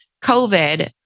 COVID